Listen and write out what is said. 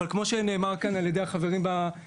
אבל כמו שנאמר כאן על ידי החברים במשרד,